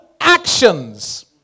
actions